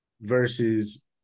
versus